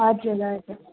हजुर हजुर